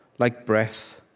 like breath,